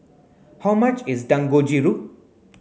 how much is Dangojiru